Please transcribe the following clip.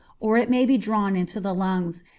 or it may be drawn into the lungs,